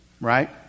right